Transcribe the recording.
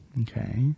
Okay